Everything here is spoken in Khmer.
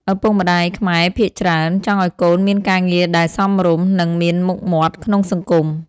ឪពុកម្តាយខ្មែរភាគច្រើនចង់ឱ្យកូនមានការងារដែល "សមរម្យ" និង "មានមុខមាត់" ក្នុងសង្គម។